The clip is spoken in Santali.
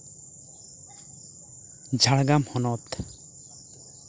ᱡᱷᱟᱲᱜᱨᱟᱢ ᱦᱚᱱᱚᱛ